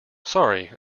sorry